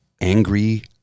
angry